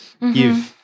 You've-